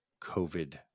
COVID